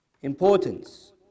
importance